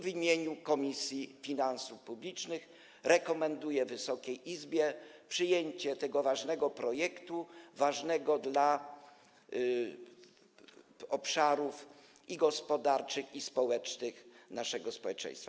W imieniu Komisji Finansów Publicznych rekomenduję Wysokiej Izbie przyjęcie tego ważnego projektu, ważnego dla obszarów i gospodarczych, i społecznych naszego społeczeństwa.